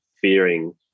fearing